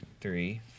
three